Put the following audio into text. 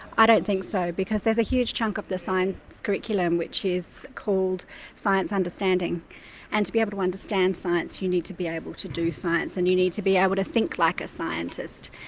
i don't think so because there's a huge chunk of the science curriculum which is called science understanding and to be able to understand science you need to be able to do science and you need to be able to think like a scientist.